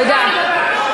תודה.